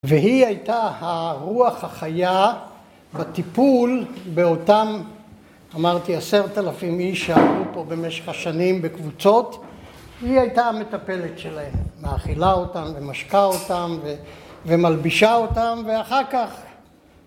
והיא הייתה הרוח החיה, בטיפול באותם אמרתי עשרת אלפים איש שעברו פה במשך השנים בקבוצות היא הייתה המטפלת שלהם, מאכילה אותם ומשקה אותם ומלבישה אותם ואחר כך